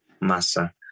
Massa